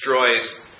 destroys